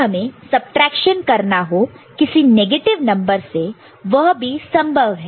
अगर हमें सबट्रैक्शन करना हो किसी नेगेटिव नंबर से वह भी संभव है